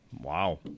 Wow